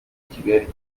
ikigali